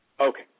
Okay